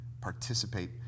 participate